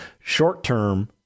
short-term